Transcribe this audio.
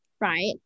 right